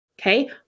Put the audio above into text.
okay